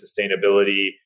sustainability